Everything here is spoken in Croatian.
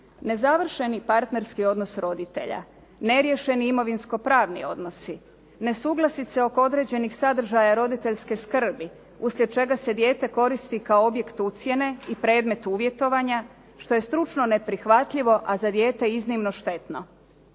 Nezavršeni partnerski odnos roditelja, neriješeni imovinsko-pravni odnosi, nesuglasice oko određenih sadržaja roditeljske skrbi uslijed čega se dijete koristi kao objekt ucjene i predmet uvjetovanja, što je stručno neprihvatljivo, a za dijete iznimno štetno.